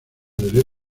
del